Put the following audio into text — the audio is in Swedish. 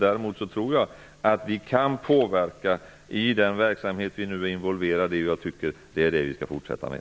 Jag tror däremot att vi kan påverka i den verksamhet vi nu är involverade i. Jag tycker att det är det vi skall fortsätta med.